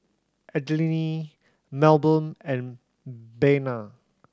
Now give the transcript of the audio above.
Adline Melbourne and Bena